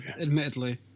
admittedly